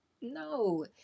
No